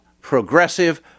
progressive